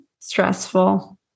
stressful